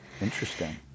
Interesting